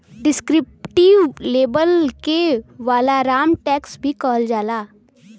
descriptive label के वालाराम tax भी कहल जाला